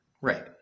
right